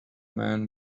man